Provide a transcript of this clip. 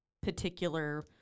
particular